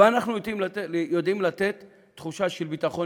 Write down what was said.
אבל אנחנו יודעים לתת תחושה של ביטחון